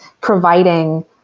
providing